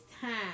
time